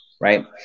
right